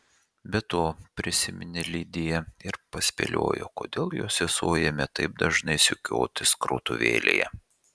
be to prisiminė lidiją ir paspėliojo kodėl jos sesuo ėmė taip dažnai sukiotis krautuvėlėje